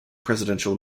presidential